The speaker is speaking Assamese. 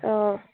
অঁ